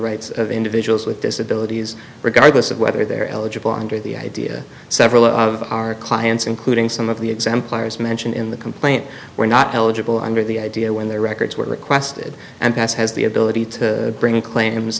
rights of individuals with disabilities regardless of whether they're eligible under the idea several of our clients including some of the exemplars mentioned in the complaint were not eligible under the idea when their records were requested and has has the ability to bring in claims